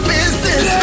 Business